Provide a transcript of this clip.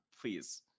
Please